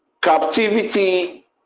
Captivity